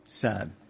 Sad